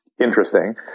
interesting